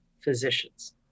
physicians